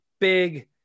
big